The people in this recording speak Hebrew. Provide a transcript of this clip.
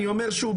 אני אומר שוב,